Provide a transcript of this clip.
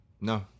No